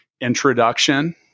introduction